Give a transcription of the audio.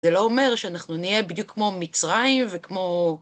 זה לא אומר שאנחנו נהיה בדיוק כמו מצרים וכמו..